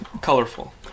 colorful